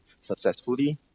successfully